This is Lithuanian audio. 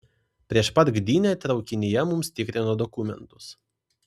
prieš pat gdynę traukinyje mums tikrino dokumentus